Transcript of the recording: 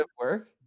work